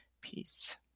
Peace